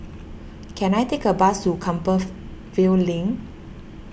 can I take a bus to Compassvale Link